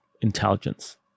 intelligence